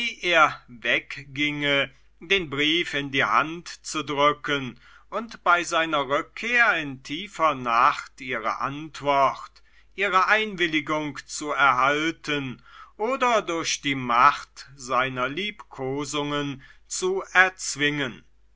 er wegging den brief in die hand zu drücken und bei seiner rückkehr in tiefer nacht ihre antwort ihre einwilligung zu erhalten oder durch die macht seiner liebkosungen zu erzwingen